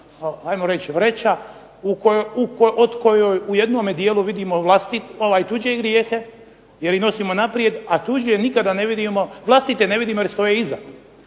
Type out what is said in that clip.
ajmo reći vreća u kojoj u jednome dijelu vidimo tuđe grijehe jer ih nosimo naprijed, a vlastite ne vidimo jer stoje iza.